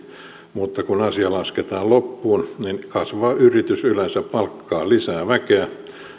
mutta kun asia lasketaan loppuun niin kasvava yritys yleensä palkkaa lisää väkeä